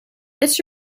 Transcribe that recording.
this